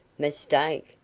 mistake?